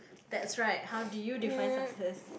that's right how do you define success